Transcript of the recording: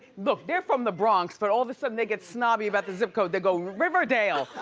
look, they're from the bronx but all of the sudden they get snobby about the zip code, they go riverdale,